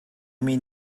mean